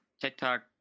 TikTok